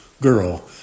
girl